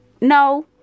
no